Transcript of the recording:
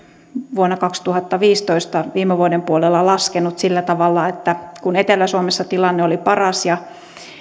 vuonna kaksituhattaviisitoista viime vuoden puolella laskenut sillä tavalla että etelä suomessa tilanne oli paras ja